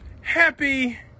happy